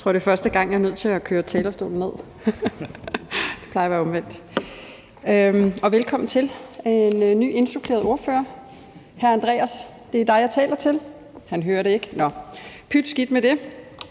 Jeg tror, det er første gang, jeg er nødt til at køre talerstolen ned; det plejer at være omvendt. Velkommen til en ny ordfører – hr. Andreas Karlsen, det er dig, jeg taler til. Han hører det ikke, men skidt pyt med det.